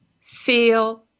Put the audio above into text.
feel